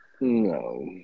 No